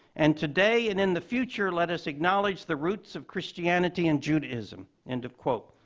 and today and in the future, let us acknowledge the roots of christianity in judaism. end of quote.